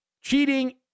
cheating